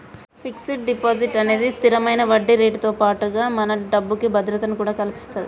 fixed deposit అనేది స్తిరమైన వడ్డీరేటుతో పాటుగా మన డబ్బుకి భద్రతను కూడా కల్పిత్తది